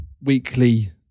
weekly